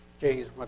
James